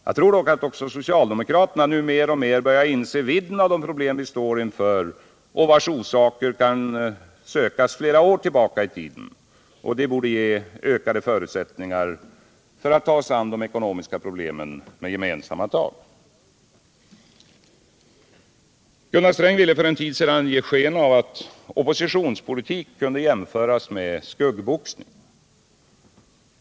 Jag tror dock att även socialdemokraterna nu mer och mer börjar inse vidden av de problem vi står inför och vilkas orsaker kan sökas flera år tillbaka i tiden. Detta borde ge oss ökade förutsättningar att ta oss an de ekonomiska problemen med gemensamma tag. Gunnar Sträng ville för en tid sedan ge sken av att oppositionspolitik kunde jämföras med skuggboxning.